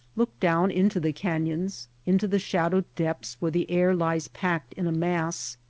look down into the canyons, into the shadowed depths where the air lies packed in a mass,